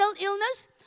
illness